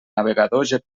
navegador